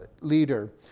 leader